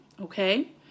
Okay